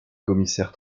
commissaire